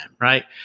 Right